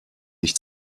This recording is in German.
nicht